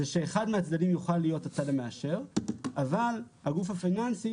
שאחד מהצדדים יוכל להיות הצד המאשר אבל הגוף הפיננסי